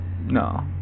No